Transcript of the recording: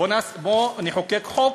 בוא נחוקק חוק.